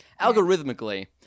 Algorithmically